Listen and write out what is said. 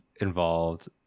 involved